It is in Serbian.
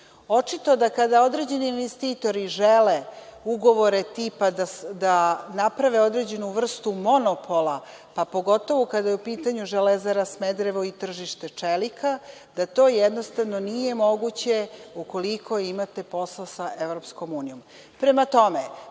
da kada određeni investitori žele ugovore tipa da naprave određenu vrstu monopola, pa pogotovo kada je u pitanju „Železara Smederevo“ i tržište čelika, da to jednostavno nije moguće ukoliko imate posla sa Evropskom